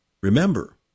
Remember